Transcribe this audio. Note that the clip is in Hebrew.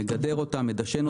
שמגדר אותה ומדשן אותה.